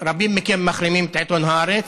שרבים מכם מחרימים את עיתון הארץ.